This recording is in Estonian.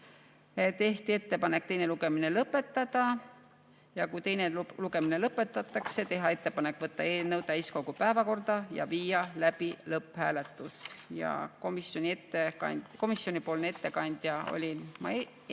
Tehti ettepanek teine lugemine lõpetada ja kui teine lugemine lõpetatakse, on ettepanek võtta eelnõu täiskogu päevakorda ja viia läbi lõpphääletus. Komisjoni ettekandja olin ma